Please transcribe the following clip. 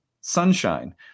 sunshine